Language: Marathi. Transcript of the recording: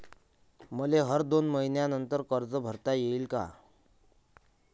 मले हर दोन मयीन्यानंतर कर्ज भरता येईन का?